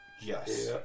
Yes